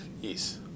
Yes